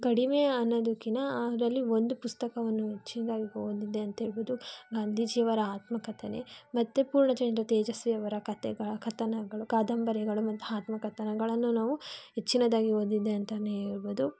ಕಡಿಮೆ ಅನ್ನೋದಕ್ಕಿಂತ ಅದರಲ್ಲಿ ಒಂದು ಪುಸ್ತಕವನ್ನು ಹೆಚ್ಚಿನ್ದಾಗಿ ಓದಿದೆ ಅಂತ ಹೇಳ್ಬೌದು ಗಾಂಧೀಜಿಯವರ ಆತ್ಮಕಥನ ಮತ್ತು ಪೂರ್ಣಚಂದ್ರ ತೇಜಸ್ವಿ ಅವರ ಕತೆಗಳ ಕಥನಗಳು ಕಾದಂಬರಿಗಳು ಮತ್ತು ಆತ್ಮಕಥನಗಳನ್ನು ನಾವು ಹೆಚ್ಚಿನದಾಗಿ ಓದಿದ್ದೆ ಅಂತಲೇ ಹೇಳ್ಬೌದು